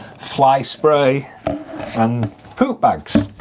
fly spray and poop bags